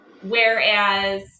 Whereas